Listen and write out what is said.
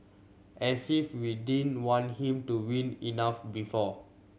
as if we didn't want him to win enough before